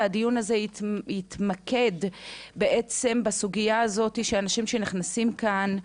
והדיון הזה יתמקד בעצם בסוגיה הזאת של אנשים שנכנסים לכאן,